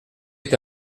est